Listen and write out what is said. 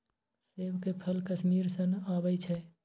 सेब के फल कश्मीर सँ अबई छै